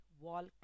wall